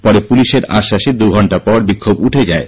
পরে পুলিশের আশ্বাসে দু ঘন্টা পর বিক্ষোভ উঠে যায়